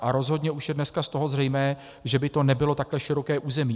A rozhodně už je dneska z toho zřejmé, že by to nebylo takhle široké území.